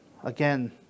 Again